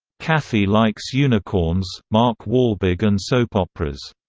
kathy likes unicorns, mark wahlberg and soap operas.